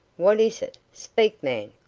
what is it? speak, man!